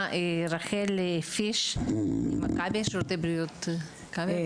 רחל פיש משירותי בריאות מכבי.